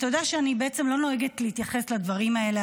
אתה יודע שאני לא נוהגת להתייחס לדברים האלה,